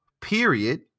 period